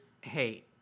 hey